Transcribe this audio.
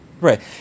Right